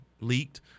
leaked